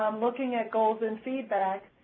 um looking at goals and feedback,